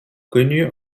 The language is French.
connus